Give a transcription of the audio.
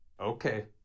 Okay